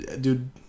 dude